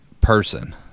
person